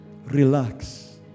relax